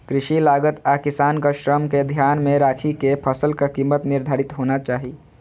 कृषि लागत आ किसानक श्रम कें ध्यान मे राखि के फसलक कीमत निर्धारित होना चाही